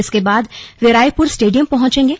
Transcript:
इसके बाद वे रायपुर स्टेडियम पहंचेंगे